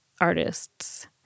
artists